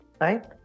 right